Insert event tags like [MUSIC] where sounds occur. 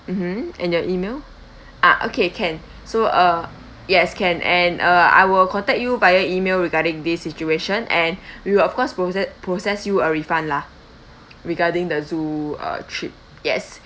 mmhmm and your email ah okay can so uh yes can and uh I will contact you via email regarding this situation and [BREATH] we will of course proce~ process you a refund lah regarding the zoo uh trip yes